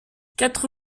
quatre